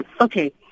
okay